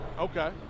Okay